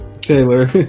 Taylor